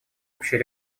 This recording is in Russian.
общей